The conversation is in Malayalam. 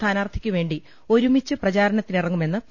സ്ഥാനാർത്ഥിയ്ക്കുവേണ്ടി ഒരുമിച്ച് പ്രചാരണത്തിനിറങ്ങുമെന്ന് പി